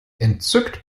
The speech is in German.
entzückt